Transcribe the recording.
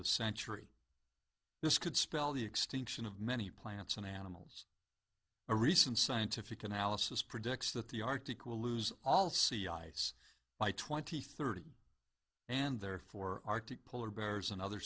the century this could spell the extinction of many plants and animals a recent scientific analysis predicts that the arctic will lose all sea ice by twenty thirty and therefore arctic polar bears and other